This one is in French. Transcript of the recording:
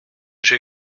j’ai